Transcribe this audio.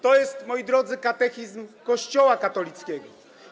To jest, moi drodzy, Katechizm Kościoła katolickiego.